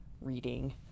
reading